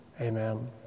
Amen